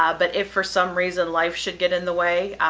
ah but if for some reason life should get in the way,